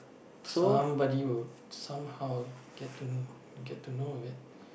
somebody would somehow get to know get to know of it